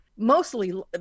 Mostly